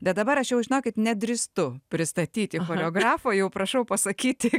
bet dabar aš jau žinokit nedrįstu pristatyti choreografo jau prašau pasakyti